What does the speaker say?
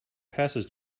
passes